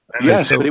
Yes